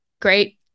great